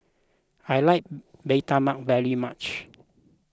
I like Bee Tai Mak very much